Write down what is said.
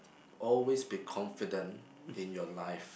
always be confident in your life